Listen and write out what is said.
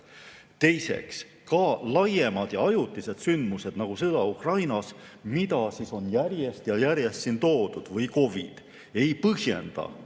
Teiseks, ka laiemad ja ajutised sündmused, nagu sõda Ukrainas, mida on järjest ja järjest siin välja toodud, või COVID, ei põhjenda